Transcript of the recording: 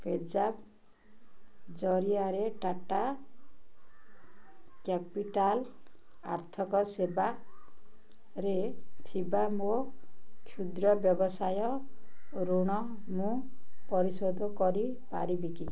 ପେଜାପ୍ ଜରିଆରେ ଟାଟା କ୍ୟାପିଟାଲ୍ ଆର୍ଥିକ ସେବାରେ ଥିବା ମୋ କ୍ଷୁଦ୍ର ବ୍ୟବସାୟ ଋଣ ମୁଁ ପରିଶୋଧ କରିପାରିବି କି